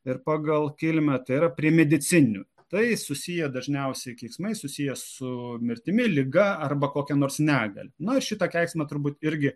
ir pagal kilmę tai yra prie medicininių tai susiję dažniausiai keiksmai susiję su mirtimi liga arba kokia nors negalia na šitą keiksime turbūt irgi